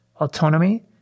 autonomy